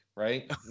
Right